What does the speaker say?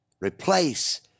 replace